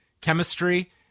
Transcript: chemistry